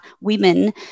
women